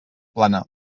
plana